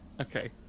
Okay